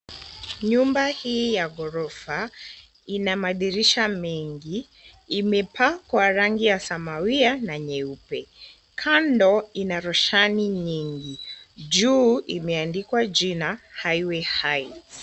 Nyumba hii ya ghorofa ina madirisha mengi. Imepakwa rangi ya samawia na nyeupe. Kando ina roshani nyingi, juu imeandikwa jina Highway Heights .